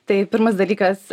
tai pirmas dalykas